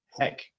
heck